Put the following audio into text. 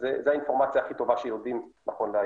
אז זו האינפורמציה הכי טובה שיודעים נכון להיום.